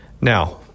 Now